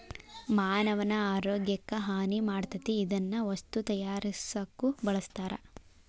ಮಾನವನ ಆರೋಗ್ಯಕ್ಕ ಹಾನಿ ಮಾಡತತಿ ಇದನ್ನ ವಸ್ತು ತಯಾರಸಾಕು ಬಳಸ್ತಾರ